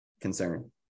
concern